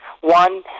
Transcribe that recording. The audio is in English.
One